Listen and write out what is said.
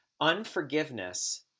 unforgiveness